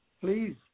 Please